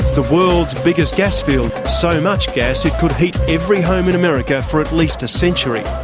the world's biggest gas field, so much gas it could heat every home in america for at least a century,